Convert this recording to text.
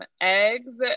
eggs